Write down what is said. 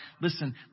Listen